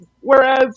Whereas